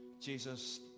Jesus